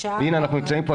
הינה אנחנו נמצאים פה.